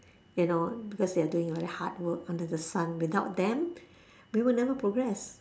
you know because they're doing very hard work under the sun without them we will never progress